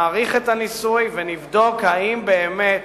נעריך את הניסוי ונבדוק אם באמת